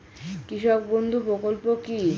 কৃষক বন্ধু প্রকল্প কি?